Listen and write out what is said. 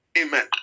amen